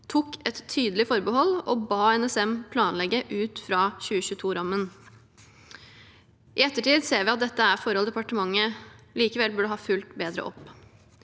tok et tydelig forbehold og ba NSM planlegge ut fra 2022-rammen. I ettertid ser vi at dette er forhold departementet likevel burde ha fulgt bedre opp.